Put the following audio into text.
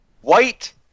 white